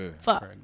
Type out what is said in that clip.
Fuck